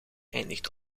eindigt